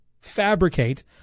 fabricate